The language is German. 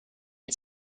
ein